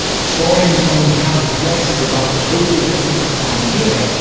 historians only hazard guesses about the total, but in the crimea,